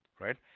right